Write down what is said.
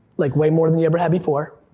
like way more than you ever had before.